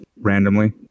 randomly